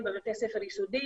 גם בהצגה שהציג מר עבדאללה חטיב,